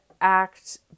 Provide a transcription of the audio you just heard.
act